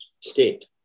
state